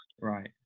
Right